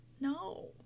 No